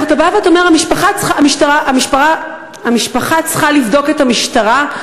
אתה בא ואומר שהמשפחה צריכה לבדוק את המשטרה?